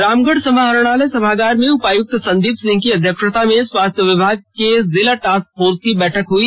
रामगढ़ समाहरणालय सभागार में उपायुक्त संदीप सिंह की अध्यक्षता में स्वास्थ्य विभाग के जिला टास्क फोर्स की बैठक हुई